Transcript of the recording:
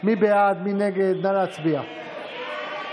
בעד, 50,